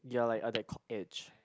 you're like at that cock age